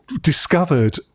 discovered